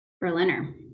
Berliner